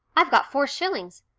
i've got four shillings,